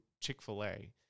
Chick-fil-A